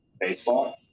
baseball